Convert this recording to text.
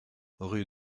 rue